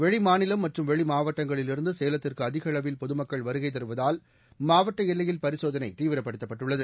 வெளிமாநிலம் மற்றும் வெளிமாவட்டங்களில் இருந்து சகலத்திற்கு அதிகளவில் பொதுமக்கள் வருகை தருவதால் மாவட்ட எல்லையில் பரிசோதனை தீவிரப்படுத்தப்பட்டுள்ளது